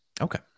Okay